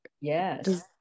Yes